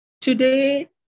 today